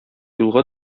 юлга